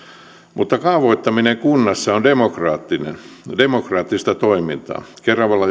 mutta kaavoittaminen kunnassa on demokraattista on demokraattista toimintaa keravalla